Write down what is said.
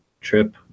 trip